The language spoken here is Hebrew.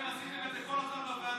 אתם עשיתם את זה כל הזמן בוועדות,